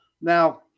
Now